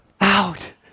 out